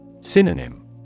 Synonym